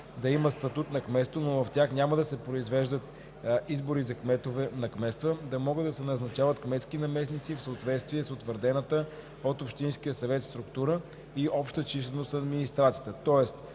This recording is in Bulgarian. да имат статут на кметство, но в тях няма да се произведат избори за кметове на кметства, да могат да се назначат кметски наместници в съответствие с утвърдената от общинския съвет структура и обща численост на администрацията